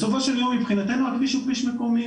בסופו של יום, מבחינתנו הכביש הוא כביש מקומי.